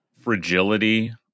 fragility